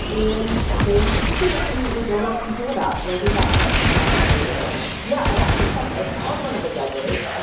and they were talking about something that we don't often hear about. and i think that's what won the judges over yeah. i actually checked. i called one of the judges,